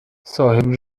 صاحب